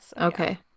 Okay